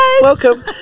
Welcome